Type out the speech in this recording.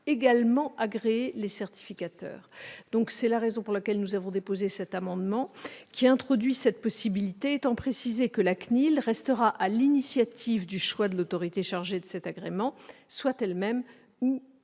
également agréer les certificateurs. C'est la raison pour laquelle nous avons déposé cet amendement, qui vise à introduire cette possibilité, étant précisé que la CNIL restera à l'initiative du choix de l'autorité chargée de cet agrément- soit elle-même ou